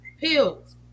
pills